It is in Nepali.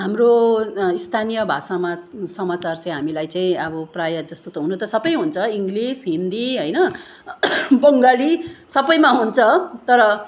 हाम्रो स्थानीय भाषामा समाचार चाहिँ हामीलाई चाहिँ अब प्रायः जस्तो त हुनु त सबै हुन्छ इङ्ग्लिस हिन्दी होइन बङ्गाली सबैमा हुन्छ तर